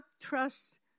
trust